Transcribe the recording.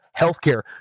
Healthcare